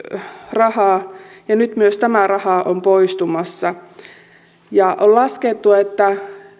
rahaa ja nyt myös tämä raha on poistumassa on laskettu että